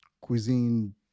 cuisine